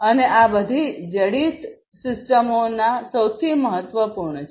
અને આ બધી જડિત સિસ્ટમોમાં સૌથી મહત્વપૂર્ણ છે